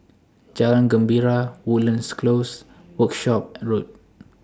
Jalan Gembira Woodlands Close and Workshop Road